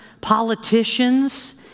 politicians